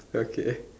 okay